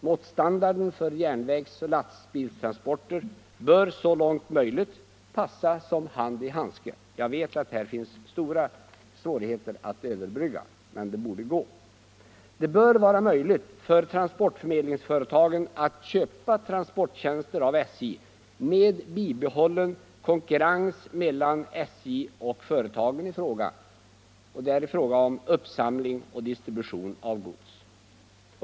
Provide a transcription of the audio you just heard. Måttstandarden för järnvägsoch lastbilstransporter bör så långt möjligt passa som hand i handske. Jag vet att här finns stora svårigheter att överbrygga, men det borde gå. Det bör vara möjligt för transportförmedlingsföretagen att köpa transporttjänster av SJ med bibehållen konkurrens mellan SJ och företagen i fråga om uppsamling och distribution av gods.